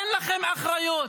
אין לכם אחריות.